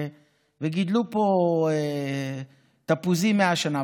וגידלו פה תפוזים 100 שנה,